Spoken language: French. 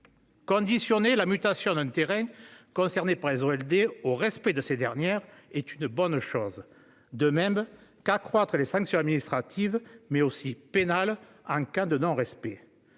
Conditionner la mutation d'un terrain concerné par les OLD au respect de ces dernières est une bonne chose, de même qu'accroître les sanctions administratives, mais aussi pénales, en cas de non-respect.